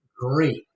Great